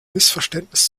missverständnis